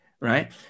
Right